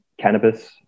cannabis